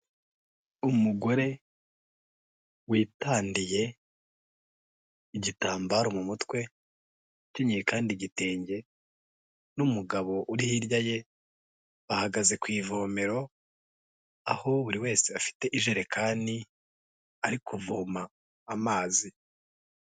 Umugore witandiye igitambaro mu mutwe, ukenyeye kandi igitenge n'umugabo uri hirya ye, bahagaze ku ivomero, aho buri wese afite ijerekani, ari kuvoma amazi.